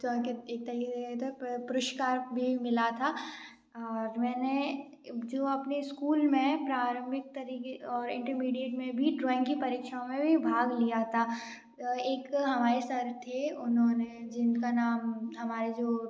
जो कि एक पुरस्कार भी मिला था और मैंने जो अपने स्कूल में प्रारम्भिक तरीके और इंटरमीडिएट में भी ड्राॅइंग की परीक्षा में भी भाग लिया था अ एक हमारे सर थे उन्होंने जिनका नाम हमारे जो